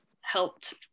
helped